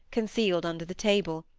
concealed under the table,